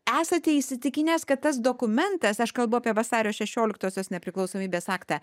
esate įsitikinęs kad tas dokumentas aš kalbu apie vasario šešioliktosios nepriklausomybės aktą